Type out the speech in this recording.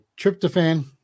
Tryptophan